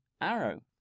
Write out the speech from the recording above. Arrow